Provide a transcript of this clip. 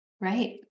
Right